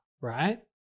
right